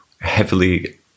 heavily